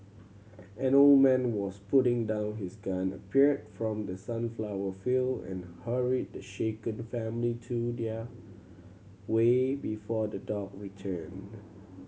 an old man was putting down his gun appeared from the sunflower field and hurried the shaken family to their way before the dog return